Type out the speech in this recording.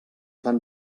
van